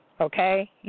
okay